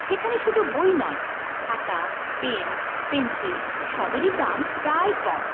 সেখানে শুধু বই নয় খাতা পেন পেন্সিল সবেরই দাম প্রায় কম